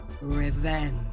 Revenge